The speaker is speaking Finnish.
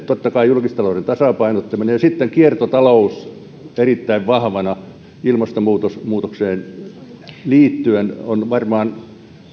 totta kai julkisen talouden tasapainottaminen ja myös kiertotalous erittäin vahvana ilmastonmuutokseen liittyen on varmaan